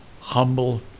humble